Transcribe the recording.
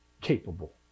capable